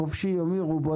החופשי-יומי רובו